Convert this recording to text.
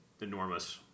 enormous